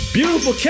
beautiful